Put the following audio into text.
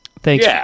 thanks